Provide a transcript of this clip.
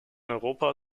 europa